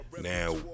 Now